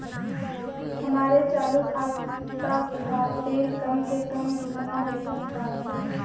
हमरे चालू खाता खातिर कम से कम केतना बैलैंस चाही?